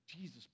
Jesus